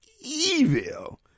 evil